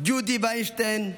ג'ודי ויינשטיין,